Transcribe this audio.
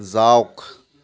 যাওক